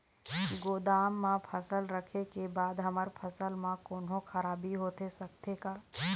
गोदाम मा फसल रखें के बाद हमर फसल मा कोन्हों खराबी होथे सकथे का?